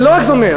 ולא רק תומך,